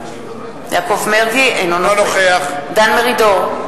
אינו נוכח דן מרידור,